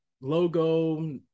logo